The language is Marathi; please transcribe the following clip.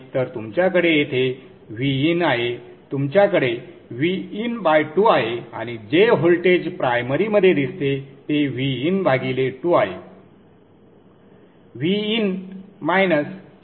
तर तुमच्याकडे येथे Vin आहे तुमच्याकडे Vin2 आहे आणि जे व्होल्टेज प्राइमरीमध्ये दिसते ते Vin भागिले 2 आहे